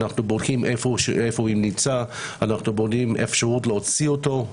אנחנו בודקים איפה הוא נמצא ומה האפשרויות להוציא אותו.